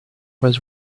was